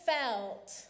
felt